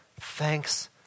thanks